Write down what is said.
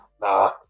nah